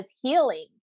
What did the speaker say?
healing